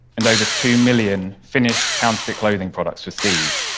and over two million finished counterfeit clothing products were seized,